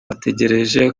bategereje